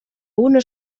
una